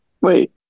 Wait